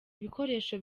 ibikoresho